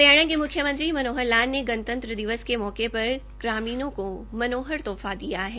हरियाणा के मुख्यमंत्री मनोहर लाल ने गणतंत्र दिवस के मौके पर ग्रामीणों को मनोहर तोहफा दिया है